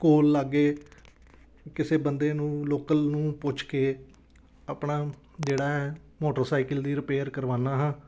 ਕੋਲ ਲਾਗੇ ਕਿਸੇ ਬੰਦੇ ਨੂੰ ਲੋਕਲ ਨੂੰ ਪੁੱਛ ਕੇ ਆਪਣਾ ਜਿਹੜਾ ਹੈ ਮੋਟਰਸਾਈਕਲ ਦੀ ਰਿਪੇਅਰ ਕਰਵਾਉਂਦਾ ਹਾਂ